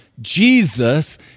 Jesus